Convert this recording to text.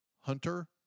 Hunter